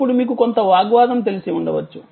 అప్పుడు మీకు కొంత వాగ్వాదం తెలిసి ఉండవచ్చు